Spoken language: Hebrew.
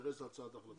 שיתייחס להצעת ההחלטה,